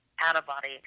out-of-body